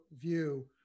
view